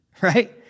right